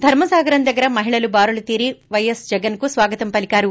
ధర్మ సాగరం దగ్గర మహిళలు బారులు తీరి పైఎస్ జగన్కు స్వాగతం పలికారు